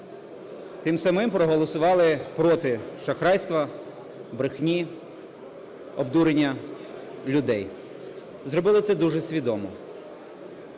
тим самим проголосували проти шахрайства, брехні, обдурення людей, і зробили це дуже свідомо.